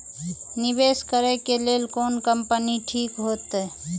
निवेश करे के लेल कोन कंपनी ठीक होते?